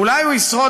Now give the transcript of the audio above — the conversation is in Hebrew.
אולי הוא ישרוד